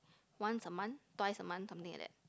once a month twice a month something like that